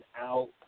out